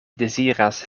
deziras